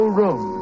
room